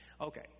Okay